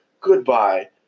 goodbye